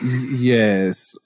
Yes